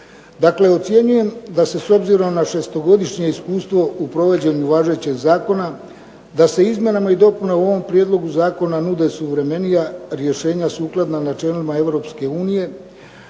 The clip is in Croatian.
Dakle, ocjenjujem da se s obzirom na šestogodišnje iskustvo u provođenju važećeg zakona da se izmjenama i dopunama u ovom prijedlogu zakona nude suvremenija rješenja sukladna načelima Europske unije.